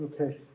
Okay